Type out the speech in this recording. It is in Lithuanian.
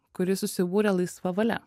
kuris susibūrė laisva valia